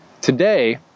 today